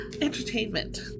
Entertainment